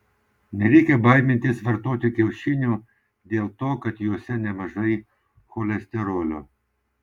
nereikia baimintis vartoti kiaušinių dėl to kad juose nemažai cholesterolio